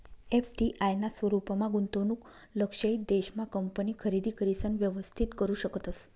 FDI ना स्वरूपमा गुंतवणूक लक्षयित देश मा कंपनी खरेदी करिसन व्यवस्थित करू शकतस